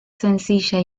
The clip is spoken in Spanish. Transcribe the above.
sencilla